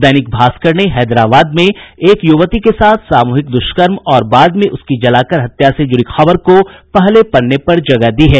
दैनिक भास्कर ने हैदराबाद में एक युवती के साथ सामूहिक दुष्कर्म और बाद में उसकी जलाकर हत्या से जुड़ी खबर को पहले पन्ने पर जगह दी है